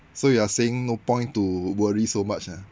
so you're saying no point to worry so much ah